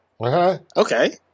Okay